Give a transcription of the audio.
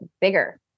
bigger